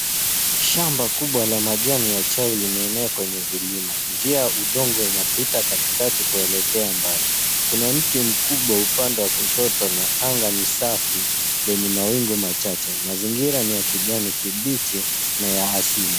Shamba kubwa la majani ya chai limeenea kwenye vilima. Njia ya udongo inapita katikati kuelekea mbali. Kuna miti mkubwa upande wa kushoto na anga ni safi lenye mawingu machache. Mazingira ni ya kijani kibichi na ya asili.